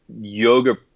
yoga